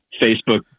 Facebook